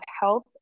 health